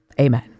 amen